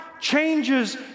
changes